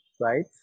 right